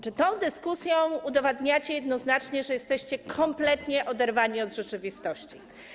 Czy tą dyskusją udowadniacie jednoznacznie, że jesteście kompletnie oderwani od rzeczywistości?